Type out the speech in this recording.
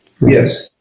Yes